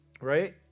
right